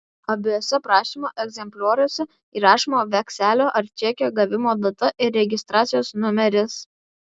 abiejuose prašymo egzemplioriuose įrašoma vekselio ar čekio gavimo data ir registracijos numeris